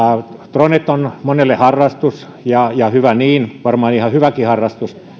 dronet ovat monelle harrastus ja ja hyvä niin varmaan ihan hyväkin harrastus